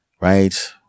right